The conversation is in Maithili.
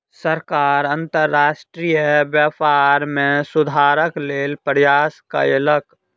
सरकार अंतर्राष्ट्रीय व्यापार में सुधारक लेल प्रयास कयलक